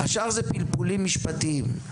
השאר זה פלפולים משפטיים.